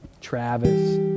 Travis